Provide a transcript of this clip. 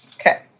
Okay